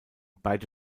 beide